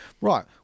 right